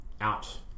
out